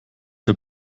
der